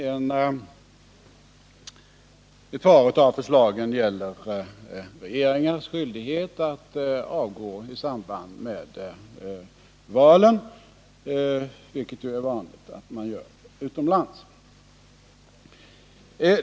Ett par av förslagen gäller regeringens skyldighet att avgå i samband med val — vilket vanligen gäller utomlands.